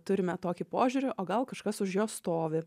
turime tokį požiūrį o gal kažkas už jo stovi